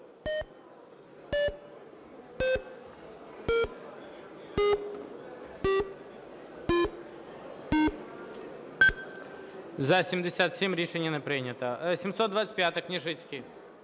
За-77 Рішення не прийнято. 725-а, Княжицький.